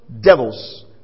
devils